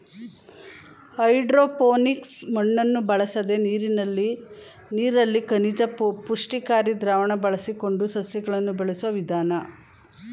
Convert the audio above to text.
hydroponics ಮಣ್ಣನ್ನು ಬಳಸದೆ ನೀರಲ್ಲಿ ಖನಿಜ ಪುಷ್ಟಿಕಾರಿ ದ್ರಾವಣ ಬಳಸಿಕೊಂಡು ಸಸ್ಯಗಳನ್ನು ಬೆಳೆಸೋ ವಿಧಾನ